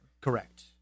Correct